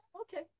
okay